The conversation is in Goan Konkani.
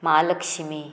महालक्ष्मी